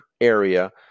area